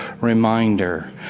reminder